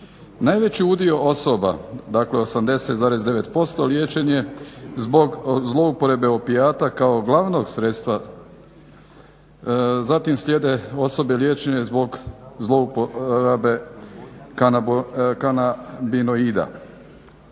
Najveći udio osoba, dakle 80,9% liječen je zbog zlouporabe opijata kao glavnog sredstva. Zatim slijede osobe liječene zbog zlouporabe kanabinoida.